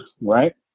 right